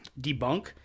debunk